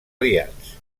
aliats